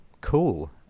Cool